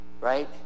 right